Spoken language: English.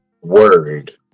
word